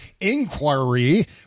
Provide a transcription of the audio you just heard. inquiry